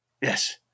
Yes